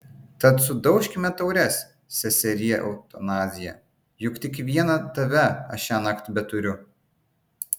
tad sudaužkime taures seserie eutanazija juk tik vieną tave aš šiąnakt beturiu